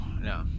no